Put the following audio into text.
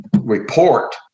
report